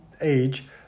age